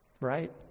right